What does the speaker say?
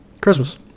Christmas